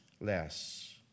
less